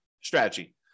strategy